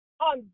on